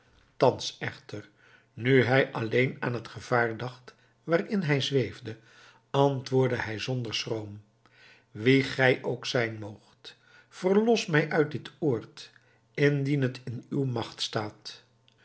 thans echter nu hij alleen aan het gevaar dacht waarin hij zweefde antwoordde hij zonder schroom wie gij ook zijn moogt verlos mij uit dit oord indien het in uw macht staat